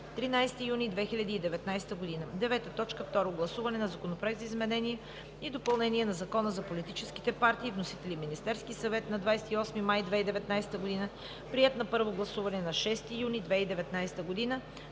13 юни 2019 г. 9. Второ гласуване на Законопроекта за изменение и допълнение на Закона за политическите партии. Вносител е Министерският съвет на 28 май 2019 г., приет на първо гласуване на 6 юни 2019 г.